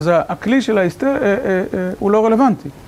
אז הכלי של ההסתר הוא לא רלוונטי.